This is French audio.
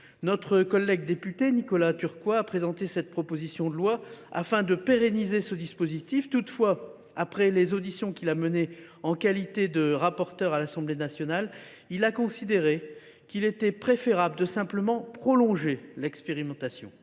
Notre collègue député Nicolas Turquois avait déposé la présente proposition de loi afin de pérenniser ce dispositif. Toutefois, après les auditions qu’il a menées en qualité de rapporteur du texte à l’Assemblée nationale, il a considéré qu’il était préférable de simplement prolonger l’expérimentation.